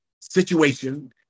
situation